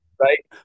Right